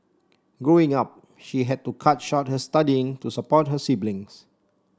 Growing Up she had to cut short her studying to support her siblings